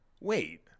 wait